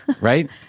right